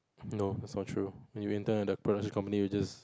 no it's not true when you enter the production company you just